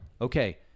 okay